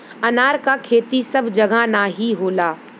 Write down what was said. अनार क खेती सब जगह नाहीं होला